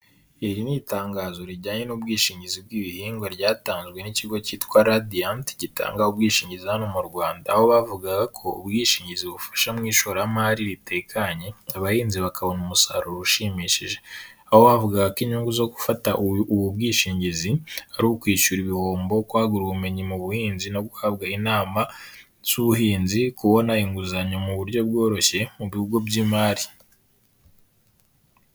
Iri ni itangazo rijyanye n'ubwishingizi bw'ibihingwa ryatanzwe n'ikigo cyitwa Radiyanti, gitanga ubwishingizi hano mu Rwanda, aho bavugaga ko ubwishingizi bufasha mu ishoramari ritekanye, abahinzi bakabona umusaruro ushimishije, aho bavugaga ko inyungu zo gufata ubu bwishingizi, ari ukwishyura ibihombo, kwagura ubumenyi mu buhinzi no guhabwa inama z'ubuhinzi, kubona inguzanyo mu buryo bworoshye mu bigo by'imari.